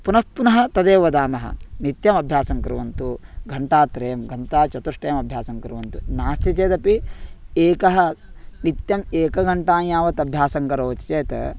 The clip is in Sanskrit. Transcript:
पुनः पुनः तदेव वदामः नित्यमभ्यासं कुर्वन्तु घण्टात्रयं घण्टाचतुष्टयमभ्यासं कुर्वन्तु नास्ति चेदपि एकः नित्यम् एकघण्टां यावत् अभ्यासं करोति चेत्